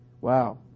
Wow